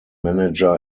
manager